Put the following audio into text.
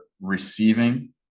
receiving